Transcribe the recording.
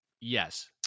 Yes